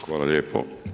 Hvala lijepo.